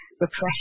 Repression